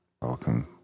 welcome